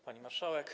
Pani Marszałek!